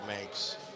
makes